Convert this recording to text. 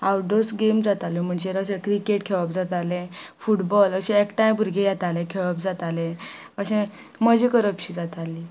out doors game जाता म्हणजे अशें क्रिकेट खेळप जाताले फुटबॉल अशें एकठांय भुरगे येताले खेळप जाताले अशें मजा करपशी जाताली